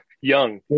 Young